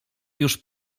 już